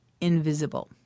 Invisible